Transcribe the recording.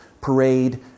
parade